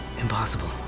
Impossible